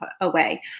away